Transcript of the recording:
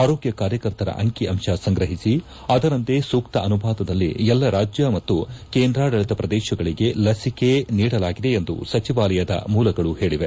ಆರೋಗ್ಯ ಕಾರ್ಯಕರ್ತರ ಅಂಕಿ ಅಂತ ಸಂಗ್ರಹಿಸಿ ಅದರಂತೆ ಸೂಕ್ತ ಅನುಪಾತದಲ್ಲಿ ಎಲ್ಲ ರಾಜ್ಯ ಮತ್ತು ಕೇಂದ್ರಾಡಳಿತ ಪ್ರದೇಶಗಳಿಗೆ ಲಸಿಕೆ ನೀಡಲಾಗಿದೆ ಎಂದು ಸಚಿವಾಲಯದ ಮೂಲಗಳು ಹೇಳವೆ